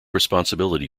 responsibility